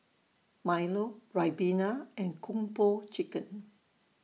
Milo Ribena and Kung Po Chicken